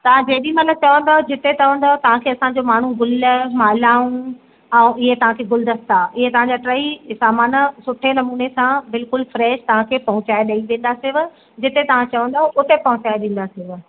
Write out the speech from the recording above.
तव्हां जेॾी महिल चवंदव जिते चवंदव तव्हांखे असांजो माण्हू गुल मालाऊं ऐं इहे तव्हांखे गुलदस्ता इअं तव्हांजा टई सामान सुठे नमूने सां बिल्कुलु फ्रेश तव्हांखे पहुचाए ॾेई वेंदासींव जिते तव्हां चवंदव उते पहुचाए ॾींदासींव